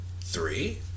Three